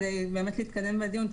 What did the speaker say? כדי להתקדם בדיון,